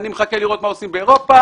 הוא מחכה לראות מה עושים באירופה,